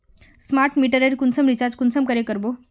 Smart मीटरेर कुंसम recharge कुंसम करे का बो?